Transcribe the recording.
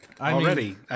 Already